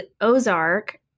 Ozark